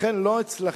לכן לא אצלכם